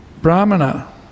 brahmana